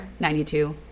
92